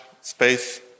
space